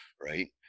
right